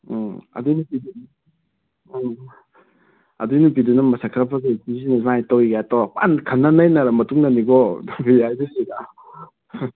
ꯎꯝ ꯑꯗꯨ ꯅꯨꯄꯤꯗꯨꯅ ꯎꯝ ꯑꯗꯨ ꯅꯨꯄꯤꯗꯨꯅ ꯃꯁꯛ ꯈꯔ ꯐꯖꯩ ꯄꯨꯟꯁꯤꯁꯦ ꯁꯨꯃꯥꯏꯅ ꯇꯧꯏ ꯀꯥꯏꯅ ꯇꯧꯔ ꯐꯖꯅ ꯈꯟꯅ ꯅꯩꯅꯔ ꯃꯇꯨꯡꯗꯅꯤꯀꯣ